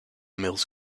mills